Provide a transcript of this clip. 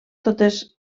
totes